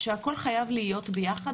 שהכול חייב להיות ביחד,